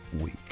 week